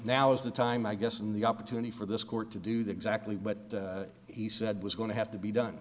now is the time i guess in the opportunity for this court to do the exactly what he said was going to have to be done